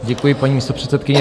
Děkuji, paní místopředsedkyně.